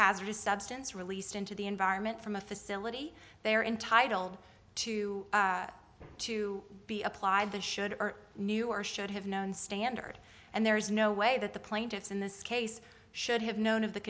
hazardous substance released into the environment from a facility they are entitled to to be applied the should or knew or should have known standard and there is no way that the plaintiffs in this case should have known of the